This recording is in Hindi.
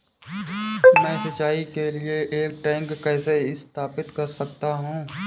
मैं सिंचाई के लिए एक टैंक कैसे स्थापित कर सकता हूँ?